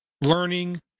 learning